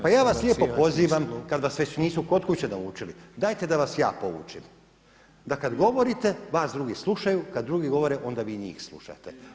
E pa ja vas lijepo pozivam kada vas već nisu kod kuće naučili dajte da vas ja poučim da kada govorite vas drugi slušaju, kada drugi govore onda vi njih slušate.